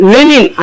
Lenin